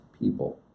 people